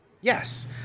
Yes